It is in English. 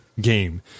game